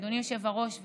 אדוני היושב-ראש,